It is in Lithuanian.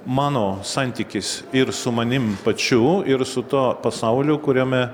mano santykis ir su manim pačiu ir su tuo pasauliu kuriame